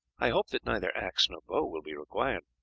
i hope that neither axe nor bow will be required.